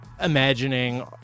imagining